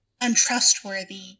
untrustworthy